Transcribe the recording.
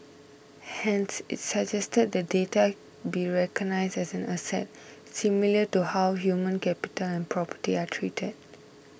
hence it suggested that data be recognised as an asset similar to how human capital and property are treated